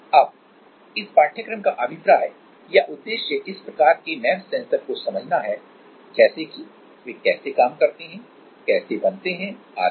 अब इस पाठ्यक्रम का अभिप्राय या उद्देश्य इस प्रकार के MEMS सेंसर को समझना है जैसे कि वे कैसे काम करते हैं कैसे बनते हैं आदि